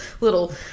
little